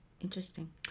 Interesting